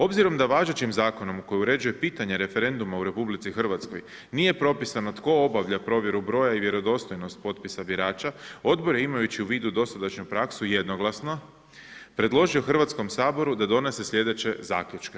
Obzirom da važećim zakonom kojim uređuje pitanje referenduma u RH nije propisano tko obavlja objavu broja i vjerodostojnost potpisa birača, odbor je imajući u vidu, dosadašnju praksu jednoglasno, predložio Hrvatskom saboru da donosi slijedeće zaključke.